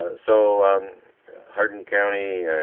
so hardin county,